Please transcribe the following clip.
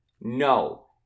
no